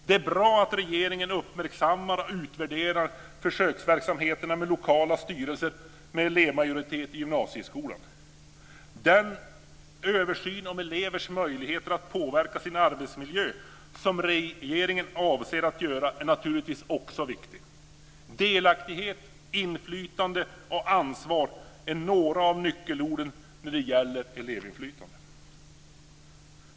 Det är bra att regeringen uppmärksammar och utvärderar försöksverksamheterna med lokala styrelser med elevmajoritet inom gymnasieskolan. Den översyn av elevernas möjligheter att påverka sin arbetsmiljö som regeringen avser att göra är naturligtvis också viktig. Delaktighet, inflytande och ansvar är några av nyckelorden när det gäller elevinflytande.